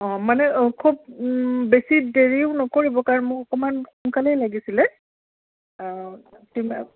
অঁ মানে খুব বেছি দেৰিও নকৰিব কাৰণ মোক অকণমান সোনকালেই লাগিছিলে